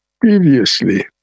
previously